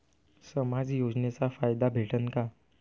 समाज योजनेचा फायदा भेटन का?